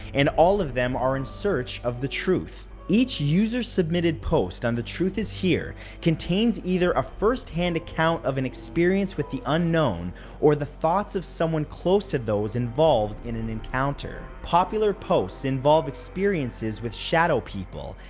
and all of them are in search of the truth. each user-submitted post on the truth is here contains either a first-hand account of an experience with the unknown or the thoughts of someone close to those involved in an encounter. popular posts involve experiences with shadow people,